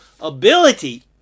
ability